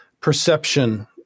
perception